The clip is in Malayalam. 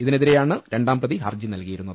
ഇതിനെതിരെയാണ് രണ്ടാം പ്രതി ഹർജി നൽകിയത്